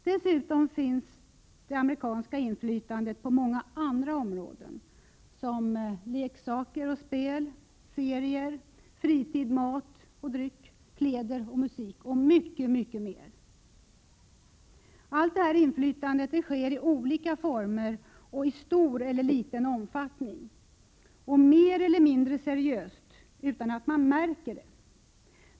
Dessutom finns det amerikanska inflytandet på många andra områden: leksaker och spel, serier, fritid, mat och dryck, kläder, musik och mycket mycket mer. Allt detta inflytande sker i olika former och i stor eller liten omfattning, mer eller mindre seriöst, utan att man märker det.